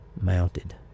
mounted